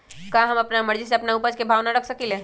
का हम अपना मर्जी से अपना उपज के भाव न रख सकींले?